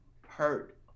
hurt